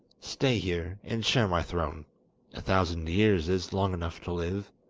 stay here, and share my throne a thousand years is long enough to live